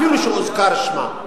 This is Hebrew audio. אפילו שהוזכר שמה.